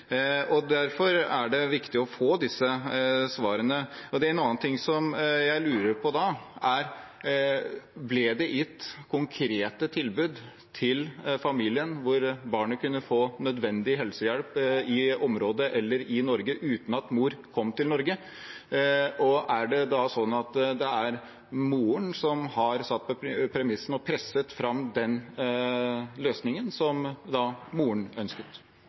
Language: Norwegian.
Derfor er det viktig å få disse svarene. En annen ting jeg lurer på da, er: Ble det gitt konkrete tilbud til familien der barnet kunne få nødvendig helsehjelp i området eller i Norge uten at mor kom til Norge? Er det sånn at det er moren som har satt premissene og presset fram den løsningen som hun ønsket?